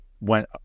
went